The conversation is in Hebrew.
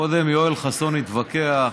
קודם יואל חסון התווכח: